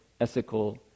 ethical